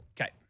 Okay